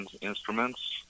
instruments